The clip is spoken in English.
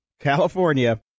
California